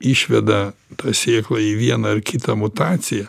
išveda tą sėklą į vieną ar kitą mutaciją